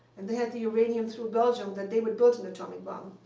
and they had the uranium through belgium that they would build an atomic bomb.